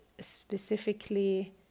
specifically